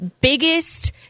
biggest